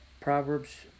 Proverbs